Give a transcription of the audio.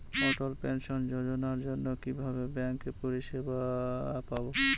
অটল pension যোজনার জন্য কিভাবে ব্যাঙ্কে পরিষেবা পাবো?